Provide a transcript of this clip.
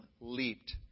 leaped